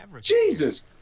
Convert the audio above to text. Jesus